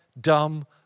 dumb